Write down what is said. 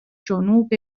جنوب